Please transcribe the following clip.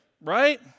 right